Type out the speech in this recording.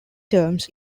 terms